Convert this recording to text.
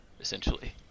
essentially